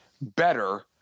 better